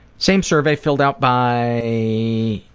same survey filled out by a